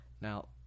Now